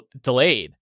delayed